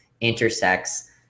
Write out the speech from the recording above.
intersects